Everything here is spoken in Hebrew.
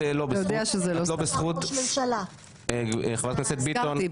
אפרת את לא בזכות, חברת הכנסת ביטון.